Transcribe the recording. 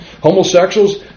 Homosexuals